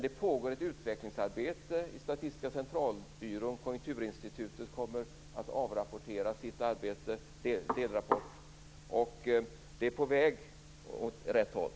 Det pågår ett utvecklingsarbete i Statistiska centralbyrån. Konjunkturinstitutet kommer att avrapportera sitt arbete i en delrapport. Det är på väg åt rätt håll.